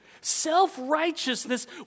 Self-righteousness